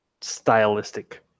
stylistic